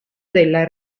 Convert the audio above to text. della